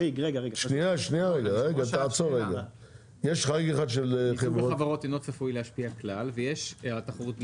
חריג אחד אומר שמיזוג החברות אינו צפוי להשפיע כלל על התחרות בישראל.